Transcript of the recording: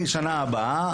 מהשנה הבאה,